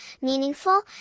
meaningful